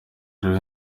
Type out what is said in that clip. rero